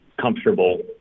comfortable